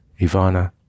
Ivana